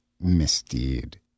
misdeed